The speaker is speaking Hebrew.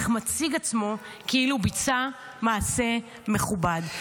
אך מציג עצמו כאילו ביצע מעשה מכובד.